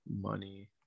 money